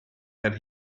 that